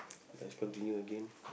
let's continue again